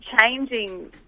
changing